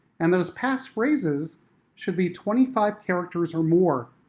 and those pass phrases should be twenty five characters or more.